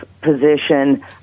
position